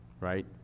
right